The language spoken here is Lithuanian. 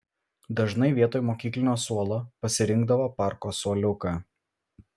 dažnai vietoj mokyklinio suolo pasirinkdavo parko suoliuką